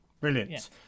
brilliant